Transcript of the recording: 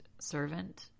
servant